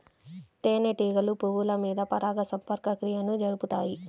తేనెటీగలు పువ్వుల మీద పరాగ సంపర్క క్రియను జరుపుతాయి